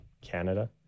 Canada